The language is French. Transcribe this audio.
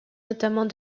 notamment